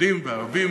יהודים וערבים